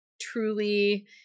truly